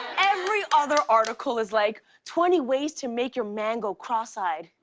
every other article is like, twenty ways to make your man go cross-eyed.